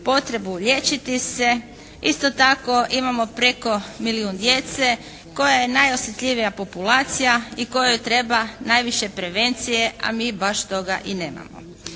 potrebu liječiti se. Isto tako imamo preko milijun djece koja je najosjetljivija populacija i kojoj treba najviše prevencije a mi baš toga i nemamo.